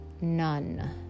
none